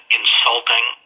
insulting